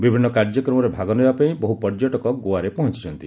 ବିଭିନ୍ନ କାର୍ଯ୍ୟକ୍ରମରେ ଭାଗ ନେବା ପାଇଁ ବହୁ ପର୍ଯ୍ୟଟକ ଗୋଆରେ ପହଞ୍ଚିଛନ୍ତି